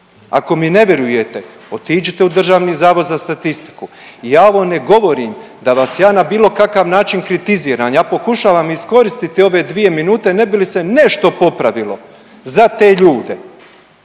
Ako mi ne vjerujete otiđite u DZS. I ja ovo ne govorim da vas ja na bilo kakav način kritiziram, ja pokušavam iskoristiti ove dvije minute ne bi li se nešto popravilo za te ljude.